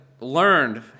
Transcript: learned